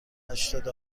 هشتاد